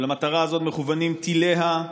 שלמטרה הזאת מכוונים טיליה.